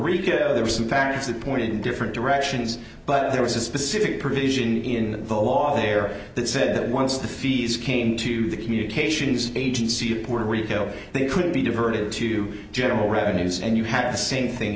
rico there are some facts that pointed in different directions but there was a specific provision in the law there that said that once the fees came to the communications agency of puerto rico they could be diverted to general revenues and you had the same thing